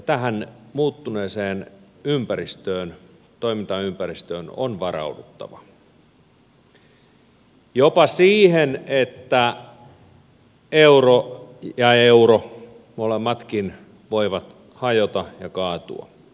tähän muuttuneeseen toimintaympäristöön on varauduttava jopa siihen että euro ja euro molemmatkin voivat hajota ja kaatua